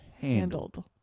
handled